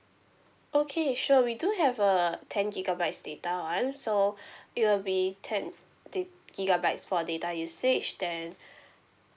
okay sure we do have a ten gigabytes data [one] so it will be ten da~ gigabytes for data usage then